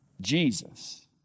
Jesus